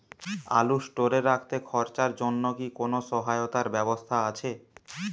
আলু স্টোরে রাখতে খরচার জন্যকি কোন সহায়তার ব্যবস্থা আছে?